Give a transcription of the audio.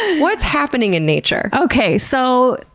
what's happening in nature? okay. so,